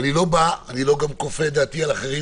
אני לא כופה את דעתי על אחרים.